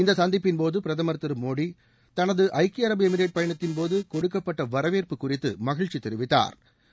இந்த சந்திப்பின் போது பிரதமர் திரு மோடி தனது ஐக்கிய அரபு எமிரேட் பயணத்தின் போது கொடுக்கப்பட்ட வரவேற்பு குறித்து மகிழ்ச்சி தெரிவித்தாா்